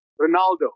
Ronaldo